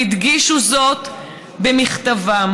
והדגישו זאת במכתבם.